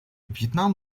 вьетнам